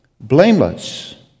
blameless